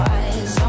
eyes